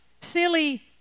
silly